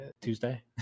Tuesday